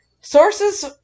Sources